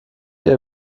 ihr